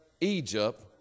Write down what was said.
Egypt